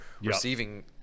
receiving